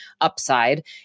upside